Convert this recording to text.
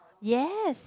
yes